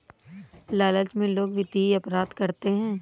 लालच में लोग वित्तीय अपराध करते हैं